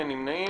מי נמנע?